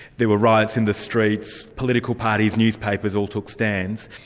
there were riots in the streets, political parties, newspapers, all took stands.